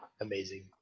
amazing